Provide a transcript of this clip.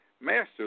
Master